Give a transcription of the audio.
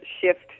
shift